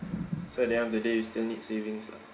so at the end of the day you still need savings lah